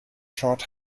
short